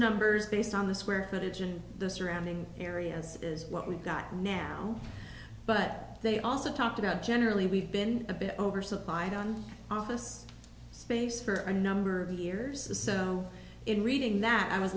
numbers based on this where footage and the surrounding areas is what we've got now but they also talked about generally we've been a bit oversupplied on office space for a number of years the so in reading that i was